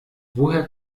woher